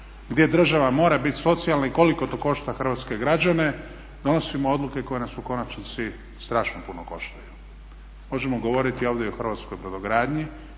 gdje država mora biti socijalna i koliko to košta hrvatske građane donosimo odluke koje nas u konačnici strašno puno koštaju. Možemo govoriti ovdje i o hrvatskoj brodogradnji